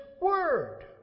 word